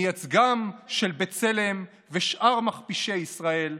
מייצגם של בצלם ושאר מכפישי ישראל,